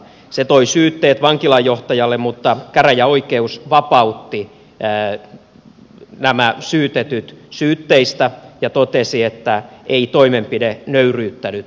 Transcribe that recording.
se toi syytteet vankilanjohtajalle mutta käräjäoikeus vapautti nämä syytetyt syytteistä ja totesi että toimenpide ei nöyryyttänyt vankeja